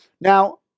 Now